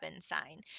sign